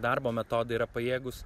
darbo metodai yra pajėgūs